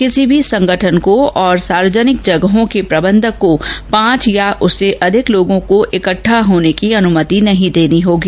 किसी भी संगठन को और सार्वजनिक जगहों के प्रबंधक को पांच या उससे अधिक लोगों को इकट्ठा होने की अनुमति नहीं देनी होगी